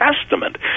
Testament